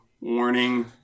warning